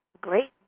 great